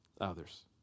others